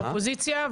ואופוזיציה.